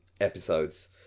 episodes